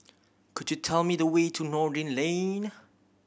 could you tell me the way to Noordin Lane